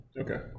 Okay